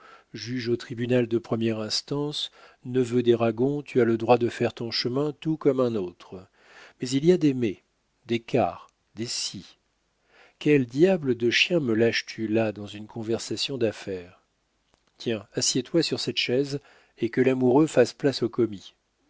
juge au tribunal de première instance neveu des ragon tu as le droit de faire ton chemin tout comme un autre mais il y a des mais des car des si quel diable de chien me lâches tu là dans une conversation d'affaire tiens assieds-toi sur cette chaise et que l'amoureux fasse place au commis